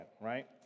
right